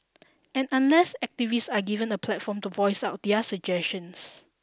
and unless activists are given a platform to voice out their suggestions